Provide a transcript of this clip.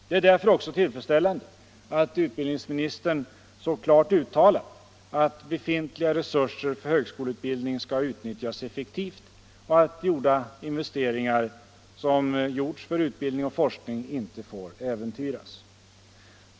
Det är därför också tillfredsställande att utbildningsministern så klart uttalat att ”befintliga resurser för högskoleutbildning skall utnyttjas effektivt och att investeringar som gjorts för utbildning och forskning inte får äventyras”.